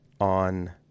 on